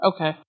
Okay